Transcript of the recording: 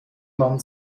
man